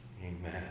Amen